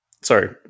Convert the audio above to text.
Sorry